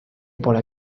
pole